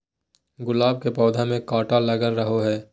गुलाब के पौधा में काटा लगल रहो हय